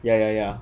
ya ya ya